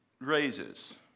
raises